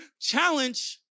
challenge